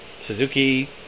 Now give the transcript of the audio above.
Suzuki